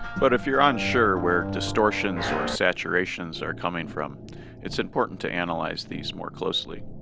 but if you're unsure where distortions or saturations are coming from it's important to analyze these more closely.